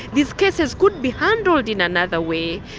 these cases could be handled in another way.